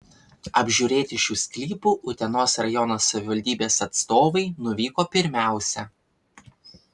apžiūrėti šių sklypų utenos rajono savivaldybės atstovai nuvyko pirmiausia